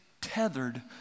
tethered